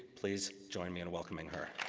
please join me in welcoming her.